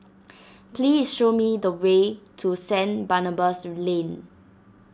please show me the way to Saint Barnabas Lane